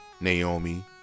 Naomi